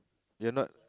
you're not